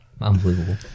Unbelievable